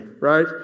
right